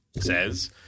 says